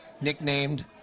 nicknamed